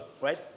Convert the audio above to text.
right